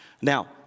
Now